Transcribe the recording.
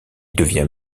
devient